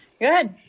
good